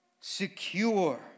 Secure